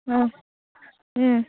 ꯑꯥ ꯎꯝ